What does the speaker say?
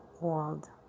world